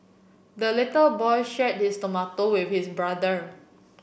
the little boy shared his tomato with his brother